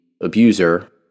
abuser